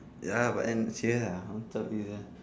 ya but then okay ah who told you that